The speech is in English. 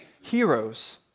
heroes